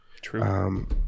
true